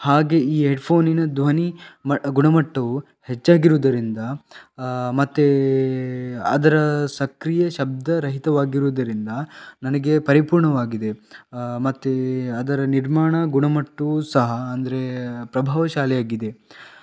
ಹಾಗೆ ಈ ಹೆಡ್ಫೋನಿನ ಧ್ವನಿ ಮ ಗುಣಮಟ್ಟವು ಹೆಚ್ಚಾಗಿರುವುದರಿಂದ ಮತ್ತು ಅದರ ಸಕ್ರಿಯ ಶಬ್ದ ರಹಿತವಾಗಿರುವುದರಿಂದ ನನಗೆ ಪರಿಪೂರ್ಣವಾಗಿದೆ ಮತ್ತು ಅದರ ನಿರ್ಮಾಣ ಗುಣಮಟ್ಟವು ಸಹ ಅಂದರೆ ಪ್ರಭಾವಶಾಲಿಯಾಗಿದೆ